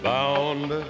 Bound